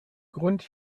grund